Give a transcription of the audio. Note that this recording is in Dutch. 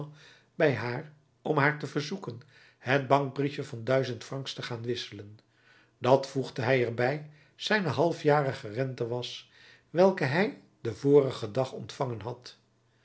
bij haar om haar te verzoeken het bankbriefje van duizend francs te gaan wisselen dat voegde hij er bij zijne halfjarige rente was welke hij den vorigen dag ontvangen had